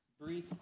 brief